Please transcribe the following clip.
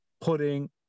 putting